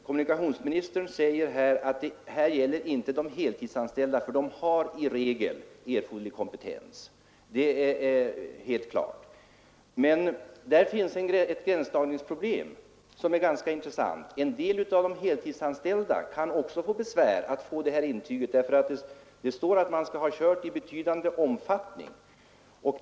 Kommunikationsministern säger att det här inte gäller heltidsanställda, eftersom de i regel har erforderlig kompetens. Det är nog riktigt, men det kommer att uppstå gränsdragningsproblem som är ganska intressanta. Även en del av de heltidsanställda kan få besvär med att få intyget. Det sägs nämligen att man skall ha kört i betydande omfattning.